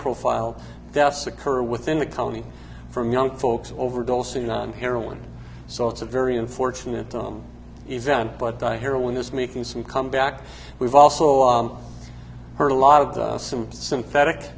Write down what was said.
profile deaths occur within the county from young folks overdosing on heroin so it's a very unfortunate on event but i hear when this making some come back we've also heard a lot of the some synthetic